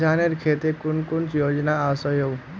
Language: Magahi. किसानेर केते कुन कुन योजना ओसोहो?